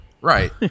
Right